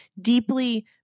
deeply